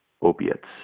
opiates